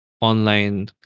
online